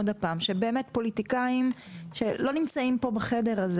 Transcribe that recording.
שבאמת פוליטיקאים שלא נמצאים פה בחדר הזה